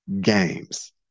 games